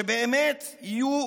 שבאמת יהיו